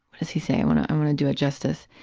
does he say? i want to and want to do it justice.